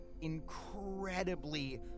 incredibly